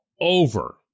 over